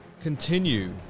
continue